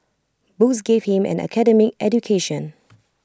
books gave him an academic education